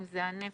אם זה הנפש,